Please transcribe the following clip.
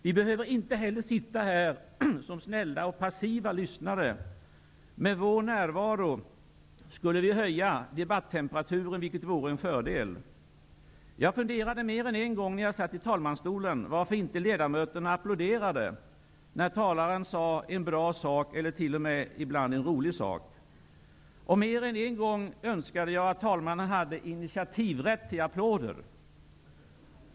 Vi behöver inte heller sitta här som snälla och passiva lyssnare. Med vår närvaro skulle vi höja debattemperaturen, vilket vore en fördel. Jag funderade mer än en gång, när jag satt i talmansstolen, varför inte ledamöterna applåderade, när talaren sa en bra sak eller t.o.m. ibland en rolig sak. Mer än en gång önskade jag att talmannen hade intiativrätt till applåder.